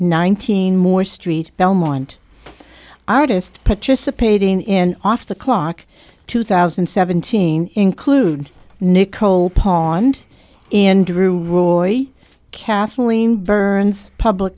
nineteen more street belmont artist participating in off the clock two thousand and seventeen include nicole pawned in drury kathleen burns public